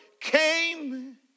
came